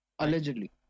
Allegedly